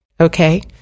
okay